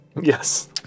Yes